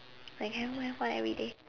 I can even have one everyday